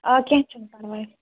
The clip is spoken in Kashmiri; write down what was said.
آ کیٚنٛہہ چھُ نہٕ پرواے